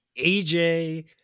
AJ